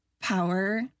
power